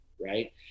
Right